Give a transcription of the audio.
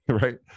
right